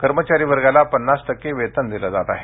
कर्मचारी वर्गाला पन्नास टक्के वेतन दिले जात आहे